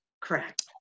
Correct